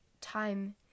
time